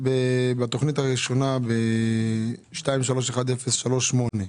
בתוכנית הראשונה, תוכנית מספר 231038,